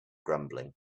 rumbling